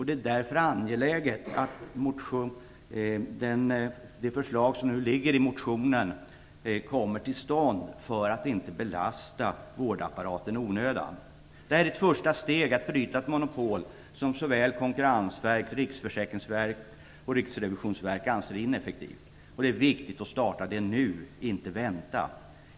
Det är därför angeläget att det förslag som lagts fram i motionen kommer till stånd, så att inte vårdapparaten belastas i onödan. Detta är ett första steg för att bryta ett monopol som såväl Konkurrensverket och Riksförsäkringsverket som Riksrevisionsverket anser är ineffektivt. Det är viktigt att starta det nu och inte vänta.